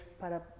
para